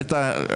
האמת,